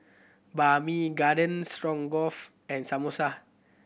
Banh Mi Garden Stroganoff and Samosa